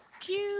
Cute